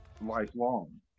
Lifelong